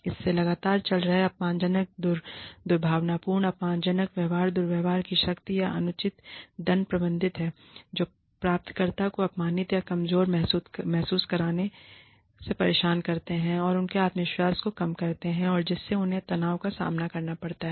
इसमें लगातार चल रहे अपमानजनक दुर्भावनापूर्ण या अपमानजनक व्यवहार दुर्व्यवहार की शक्ति या अनुचित दंड प्रतिबंध हैं जो प्राप्तकर्ता को अपमानित या कमजोर महसूस करने से परेशान करते हैं जो उनके आत्मविश्वास को कम करता है और जिससे उन्हें तनाव का सामना करना पड़ सकता है